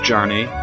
Journey